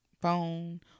Phone